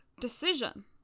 decision